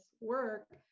work